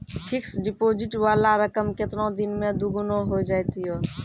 Fixed deposit वाला रकम केतना दिन मे दुगूना हो जाएत यो?